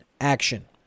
action